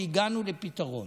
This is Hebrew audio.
והגענו לפתרון,